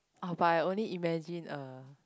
oh but I only imagine er